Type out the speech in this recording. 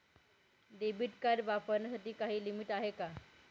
Debit card वापरण्यासाठी काही limit आहे का?